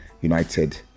United